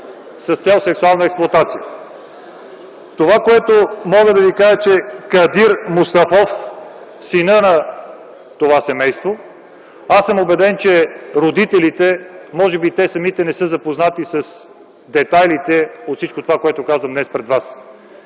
с цел сексуална експлоатация. Това, което мога да ви кажа, е, че Кадир Мустафов – синът на това семейство, аз съм убеден, че и самите родители не са запознати с детайлите по всичко това, което казвам днес пред вас,